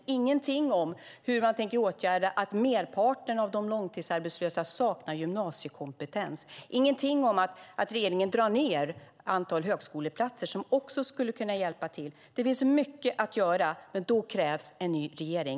Det är ingenting om hur man tänker komma till rätta med att merparten av de långtidsarbetslösa saknar gymnasiekompetens. Det är ingenting om att regeringen drar ned på antalet högskoleplatser, som också skulle kunna hjälpa till. Det finns mycket att göra, men då krävs det en ny regering.